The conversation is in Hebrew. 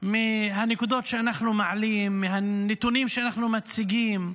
מהנקודות שאנחנו מעלים, מהנתונים שאנחנו מציגים.